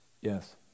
Yes